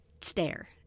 stare